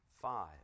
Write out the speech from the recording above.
five